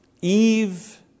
Eve